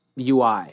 UI